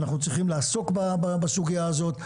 אנחנו צריכים לעסוק בסוגייה הזאת.